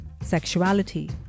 sexuality